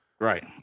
Right